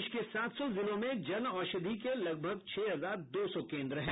देश के सात सौ जिलों में जनऔषधि के लगभग छह हजार दो सौ केन्द्र हैं